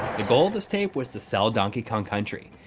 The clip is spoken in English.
the goal of this tape was to sell donkey kong country.